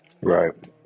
Right